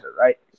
right